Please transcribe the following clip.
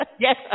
Yes